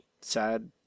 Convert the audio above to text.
sad